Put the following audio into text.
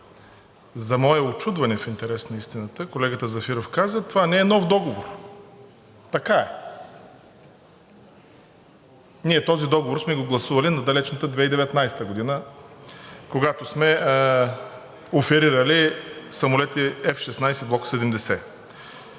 за мое учудване, в интерес на истината, колегата Зафиров каза, това не е нов договор. Така е. Ние този договор сме го гласували в далечната 2019 г., когато сме оферирали самолети F-16 Block 70.